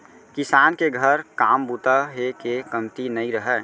किसान के घर काम बूता हे के कमती नइ रहय